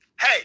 Hey